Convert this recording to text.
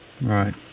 Right